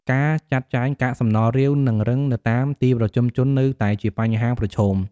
ការចាត់ចែងកាកសំណល់រាវ និងរឹងនៅតាមទីប្រជុំជននៅតែជាបញ្ហាប្រឈម។